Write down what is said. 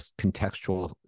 contextual